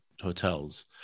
hotels